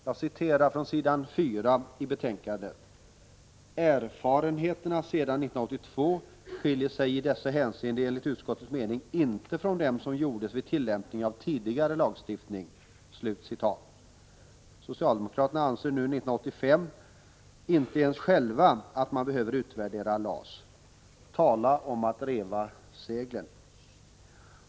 Jag citerar från s. 4 i betänkandet: ”Erfarenheterna sedan år 1982 skiljer sig i dessa hänseenden enligt utskottets mening inte från dem som gjordes vid tillämpning av den tidigare lagstiftningen.” Socialdemokraterna anser nu 1985 inte ens själva att man behöver utvärdera LAS. Tala om att reva seglen!